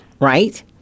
right